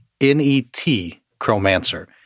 N-E-T-chromancer